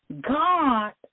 God